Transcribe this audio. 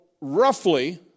roughly